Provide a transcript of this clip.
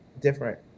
different